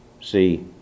see